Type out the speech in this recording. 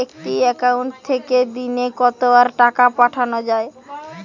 একটি একাউন্ট থেকে দিনে কতবার টাকা পাঠানো য়ায়?